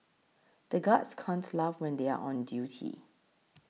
the guards can't laugh when they are on duty